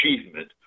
achievement